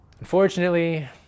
Unfortunately